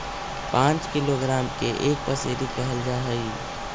पांच किलोग्राम के एक पसेरी कहल जा हई